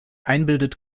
einbildet